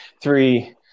three